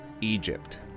Egypt